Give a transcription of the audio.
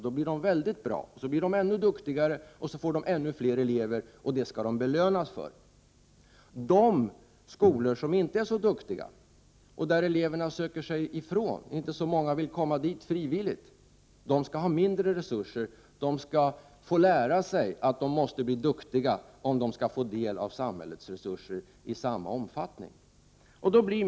De blir då väldigt bra och så blir skolorna ännu duktigare och får ännu fler elever, och det skall de belönas för. De skolor som inte är så duktiga och som eleverna söker sig ifrån och dit inte så många vill komma frivilligt skall få mindre resurser och få lära sig att de måste bli duktiga om de i samma omfattning skall få del av samhällets resurser.